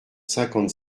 cinquante